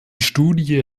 studie